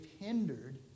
hindered